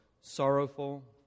sorrowful